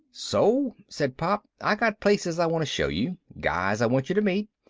so, said pop, i got places i want to show you. guys i want you to meet.